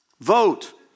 Vote